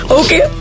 okay